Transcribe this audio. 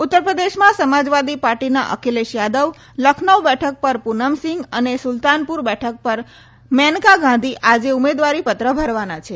ઉત્તર પ્રદેશમાં સમાજવાદી પાર્ટીના અખિલેશ યાદવ લખનઉ બેઠક પર પૂનમસિંઘ અને સુલતાનપુર બેઠક પર મેકાન ગાંધી આજે ઉમેદવારીપત્ર ભરવાના છે